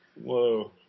Whoa